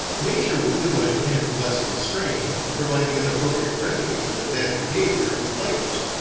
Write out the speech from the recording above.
nature will do what it can to lessen the strain, providing an appropriate remedy for their bad behavior in plagues.